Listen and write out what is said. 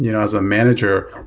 you know as a manager,